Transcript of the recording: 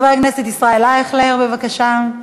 חבר כנסת ישראל אייכלר, בבקשה.